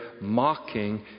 mocking